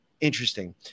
interesting